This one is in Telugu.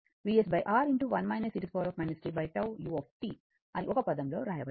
అని ఒక పదంలో వ్రాయవచ్చు